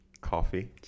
Coffee